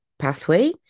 pathway